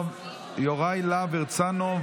יוראי להב הרצנו,